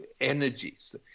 energies